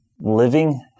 living